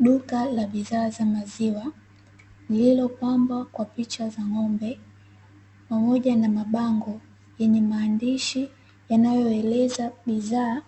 Duka la bidhaa za maziwa, lililopambwa kwa picha za ng'ombe, pamoja na mabango yenye maandishi yanayoeleza bidhaa